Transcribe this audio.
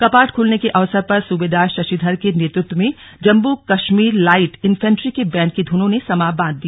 कपाट खुलने के अवसर पर सूबेदार शशिधर के नेतृत्व में जम्मू कश्मीर लाइट इंफेंटरी के बैंड की धुनों ने समा बांध दिया